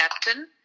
captain